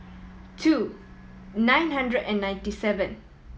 two nine hundred and ninety seven